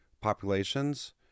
populations